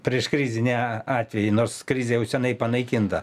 prieškrizinę atvejį nors krizė jau senai panaikinta